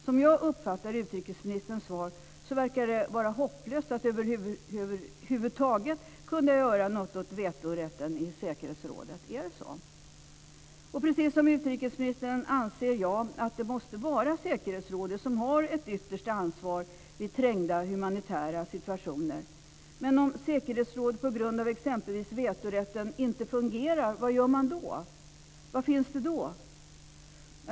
Som jag uppfattar utrikesministerns svar verkar det hopplöst att över huvud taget kunna göra något åt vetorätten i säkerhetsrådet. Är det så? Precis som utrikesministern anser jag att det måste vara säkerhetsrådet som har ett yttersta ansvar vid trängda humanitära situationer. Men om säkerhetsrådet på grund av exempelvis vetorätten inte fungerar, vad gör man då? Vad finns då?